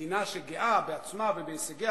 מדינה שגאה בעצמה ובהישגיה,